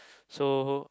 so